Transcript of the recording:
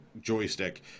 joystick